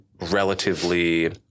relatively